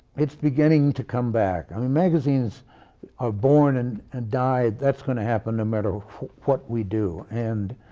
it is beginning to come back. i mean magazines are born and and die, that is going to happen no matter what we do. and,